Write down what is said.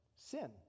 Sin